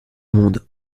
monde